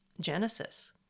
genesis